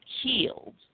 healed